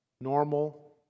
normal